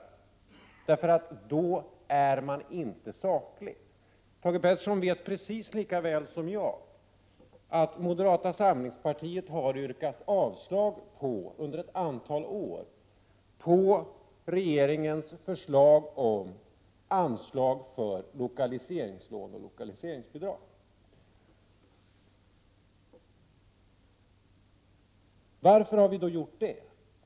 Om man för debatten på det sättet, är man inte saklig. Thage G Peterson vet precis lika väl som jag att moderata samlingspartiet under ett antal år har yrkat avslag när det gäller regeringens förslag om anslag till lokaliseringslån och lokaliseringsbidrag. Varför har vi då gjort det?